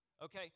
Okay